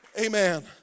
Amen